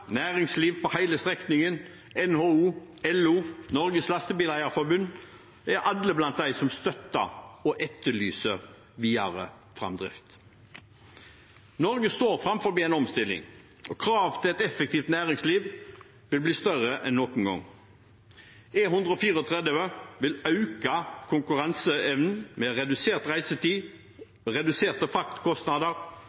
næringsliv på hele strekningen, NHO, LO og Norges Lastebileier-Forbund er alle blant dem som støtter og etterlyser videre framdrift. Norge står foran en omstilling, og kravene til et effektivt næringsliv vil bli større enn noen gang. E134 vil øke konkurranseevnen, med redusert reisetid